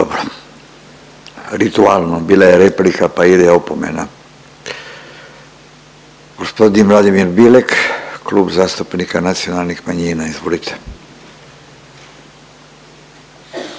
Dobro, ritualno bila je replika pa ide opomena. Gospodin Vladimir Bilek, Klub zastupnika nacionalnih manjina. Izvolite.